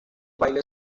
baile